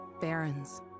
barons